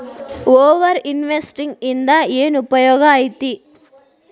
over investing ಇಂದ ಏನ್ ಉಪಯೋಗ ಐತಿ